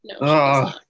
No